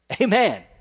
Amen